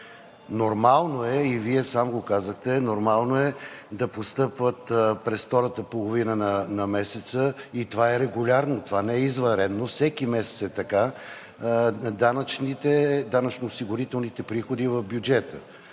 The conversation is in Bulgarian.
Нормално е, и Вие сам го казахте, да постъпват през втората половина на месеца и това е регулярно, това не е извънредно, всеки месец е така – данъчно-осигурителните приходи в бюджета.